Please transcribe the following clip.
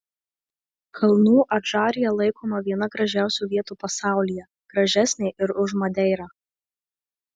kalnų adžarija laikoma viena gražiausių vietų pasaulyje gražesnė ir už madeirą